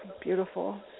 beautiful